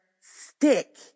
stick